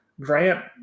Grant